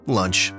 lunch